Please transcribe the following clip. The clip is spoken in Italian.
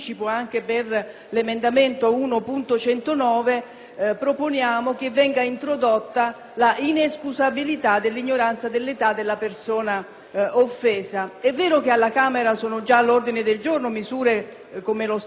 proponiamo che venga introdotta la inescusabilità dell'ignoranza dell'età della persona offesa. È vero che alla Camera sono già all'ordine del giorno misure come quella inerente lo *stalking* e il provvedimento sulla violenza sessuale,